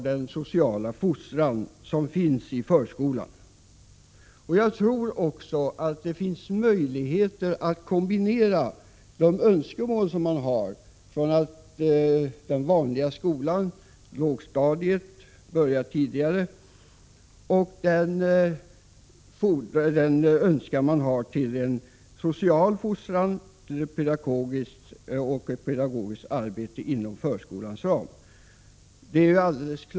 Den sociala fostran som sker i förskolan är viktig, och det finns möjligheter att kombinera önskemålen om att lågstadiet i den vanliga skolan skall börja tidigare samt om en social fostran och ett pedagogiskt arbete inom förskolans ram.